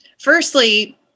Firstly